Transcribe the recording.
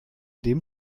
dem